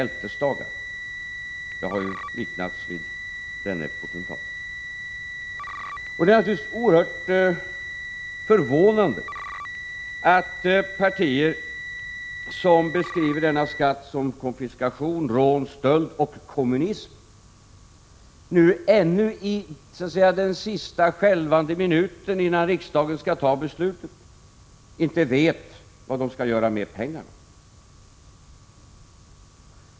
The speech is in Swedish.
Jag har ju liknats vid denne potentat. Det är naturligtvis oerhört förvånande att partier som beskriver denna skatt som konfiskation, rån, stöld och kommunism ännu i så att säga den sista skälvande minuten innan riksdagen skall fatta beslutet inte vet vad de skall göra med pengarna.